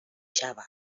شود